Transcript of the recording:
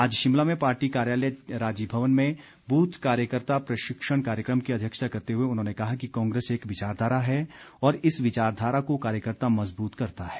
आज शिमला में पार्टी कार्यालय राजीव भवन में बूथ कार्यकर्ता प्रशिक्षण कार्यक्रम की अध्यक्षता करते हुए उन्होंने कहा कि कांग्रेस एक विचारधारा है और इस विचारधारा को कार्यकर्ता मजबूत करता है